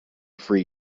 free